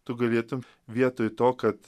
tu galėtum vietoj to kad